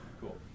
Cool